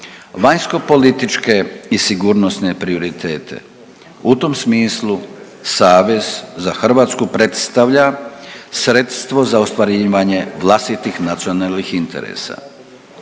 vanjsko političke i sigurnosne prioritete. U tom smislu savez za Hrvatsku predstavlja sredstvo za ostvarivanje vlastitih nacionalnih interesa.